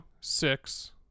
six